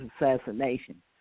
assassination